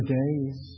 days